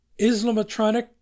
Islamatronic